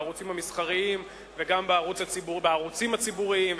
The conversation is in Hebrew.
בערוצים המסחריים וגם בערוצים הציבוריים,